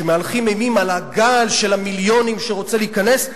שמהלכים אימים עם הגל של המיליונים שרוצה להיכנס.